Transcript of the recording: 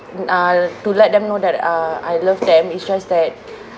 uh to let them know that uh I love them it's just that